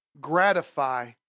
gratify